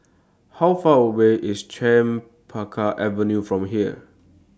How Far away IS Chempaka Avenue from here